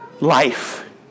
life